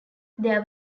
there